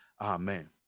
Amen